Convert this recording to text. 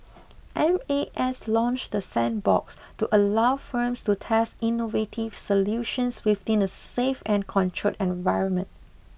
M A S launched the sandbox to allow firms to test innovative solutions within a safe and controlled environment